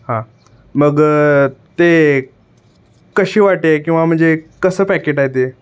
हा मग ते कशी वाटी आहे किंवा म्हणजे कसं पॅकेट आहे ते